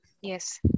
Yes